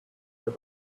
get